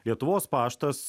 lietuvos paštas